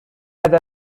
هذا